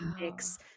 mix